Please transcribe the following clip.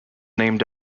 named